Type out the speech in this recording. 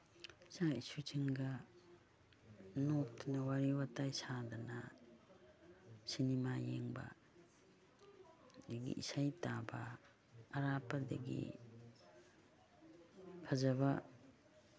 ꯏꯆꯥ ꯏꯁꯨꯁꯤꯡꯒ ꯅꯣꯛꯇꯅ ꯋꯥꯔꯤ ꯋꯇꯥꯏ ꯁꯥꯗꯅ ꯁꯤꯅꯤꯃꯥ ꯌꯦꯡꯕ ꯑꯗꯒꯤ ꯏꯁꯩ ꯇꯥꯕ ꯑꯔꯥꯞꯗꯒꯤ ꯐꯖꯕ